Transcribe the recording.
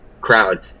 crowd